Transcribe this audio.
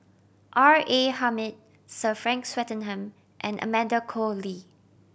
R A Hamid Sir Frank Swettenham and Amanda Koe Lee